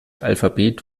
alphabet